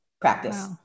practice